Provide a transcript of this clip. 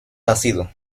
nacido